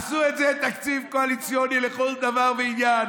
עשו את זה תקציב קואליציוני לכל דבר ועניין.